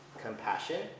compassion